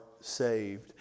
saved